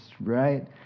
right